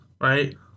right